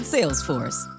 Salesforce